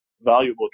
valuable